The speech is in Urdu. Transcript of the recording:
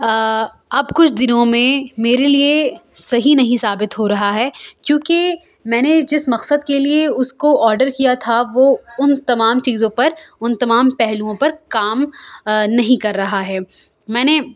اب کچھ دنوں میں میرے لیے صحیح نہیں ثابت ہو رہا ہے کیونکہ میں نے جس مقصد کے لیے اس کو آڈر کیا تھا وہ ان تمام چیزوں پر ان تمام پہلوؤں پر کام نہیں کر رہا ہے میں نے